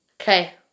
Okay